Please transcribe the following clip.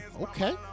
Okay